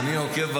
אני עוקב,